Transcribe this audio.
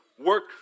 work